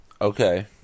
Okay